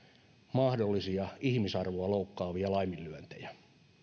mahdollisia ihmisarvoa loukkaavia laiminlyöntejä